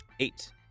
Eight